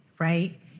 Right